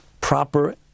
proper